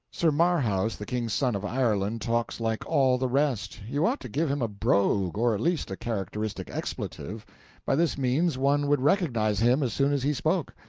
sir marhaus the king's son of ireland talks like all the rest you ought to give him a brogue, or at least a characteristic expletive by this means one would recognize him as soon as he spoke,